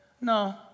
No